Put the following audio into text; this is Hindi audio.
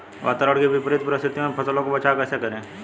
वातावरण की विपरीत परिस्थितियों में फसलों का बचाव कैसे करें?